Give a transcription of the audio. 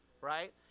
right